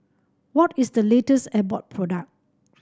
what is the latest Abbott product